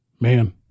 man